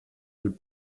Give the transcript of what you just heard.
del